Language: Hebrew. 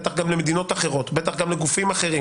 בטח גם למדינות אחרות ולגופים אחרים